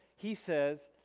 he says,